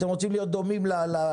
אתם רוצים להיות דומים לחשמל?